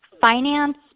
finance